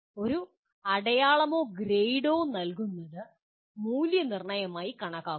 ഒരു അടയാളമോ ഗ്രേഡോ നൽകുന്നത് മൂല്യനിർണ്ണയമായി കണക്കാക്കുന്നു